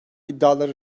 iddiaları